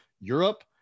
Europe